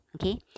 okay